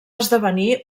esdevenir